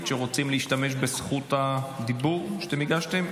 שרוצים להשתמש ברשות הדיבור שביקשתם?